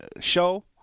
show